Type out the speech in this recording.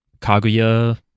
kaguya